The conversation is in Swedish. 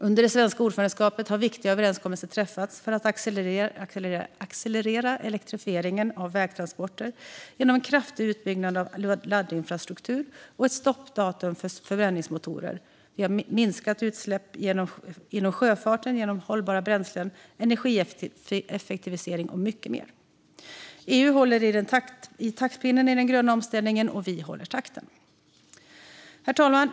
Under det svenska ordförandeskapet har viktiga överenskommelser träffats för att accelerera elektrifieringen av vägtransporter genom en kraftig utbyggnad av laddinfrastruktur och ett stoppdatum för förbränningsmotorer, minskade utsläpp inom sjöfart genom hållbara bränslen, energieffektivisering och mycket mer. EU håller i taktpinnen i den gröna omställningen, och vi håller takten. Herr talman!